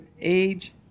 age